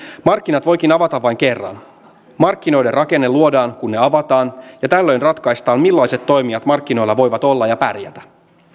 markkinat voikin avata vain kerran markkinoiden rakenne luodaan kun ne avataan ja tällöin ratkaistaan millaiset toimijat markkinoilla voivat olla ja pärjätä